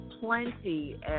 plenty